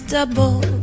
Double